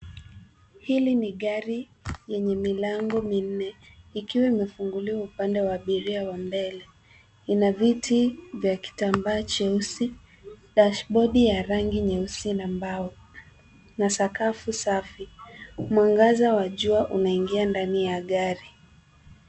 Hili ni gari lenye milango minne, likiwa limefunguliwa upande wa abiria wa mbele. Lina viti vya kitambaa jeusi dashbodi ya rangi jeusi na mbao na sakafu safi. Mwangaza awa jua unaingia ndani ya gari.